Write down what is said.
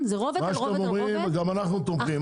מה שאתם אומרים גם אנחנו תומכים,